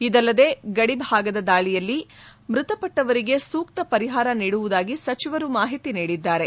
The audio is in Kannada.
ಇದಲ್ಲದೆ ಗಡಿ ಭಾಗದ ದಾಳಿಯಲ್ಲಿ ಮೃತಪಟ್ಟವರಿಗೆ ಸೂಕ್ತ ಪರಿಹಾರ ನೀಡುವುದಾಗಿ ಸಚಿವರು ಮಾಹಿತಿ ನೀಡಿದ್ದಾರೆ